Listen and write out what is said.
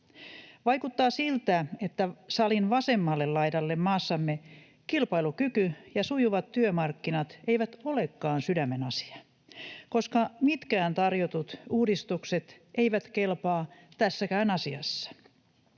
Vaikuttaa siltä, että salin vasemmalle laidalle maassamme kilpailukyky ja sujuvat työmarkkinat eivät olekaan sydämenasia, koska mitkään tarjotut uudistukset eivät kelpaa tässäkään asiassa.